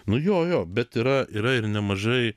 nu jo jo bet yra yra ir nemažai